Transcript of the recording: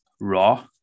raw